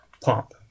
pump